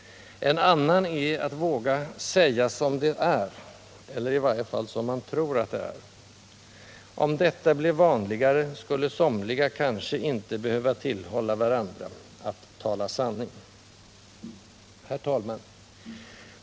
En annan är att våga ”säga som det är”, eller i varje fall som man tror att det är. Om detta blev vanligare skulle somliga kanske inte behöva tillhålla varandra att ”tala sanning!” Herr talman!